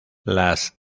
las